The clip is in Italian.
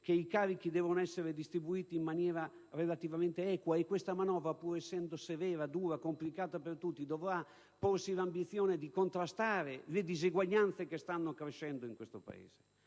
che i carichi devono essere distribuiti in maniera relativamente equa. Questa manovra, pur essendo severa, dura, complicata per tutti, dovrà porsi l'ambizione di contrastare le diseguaglianze che stanno crescendo nel nostro Paese.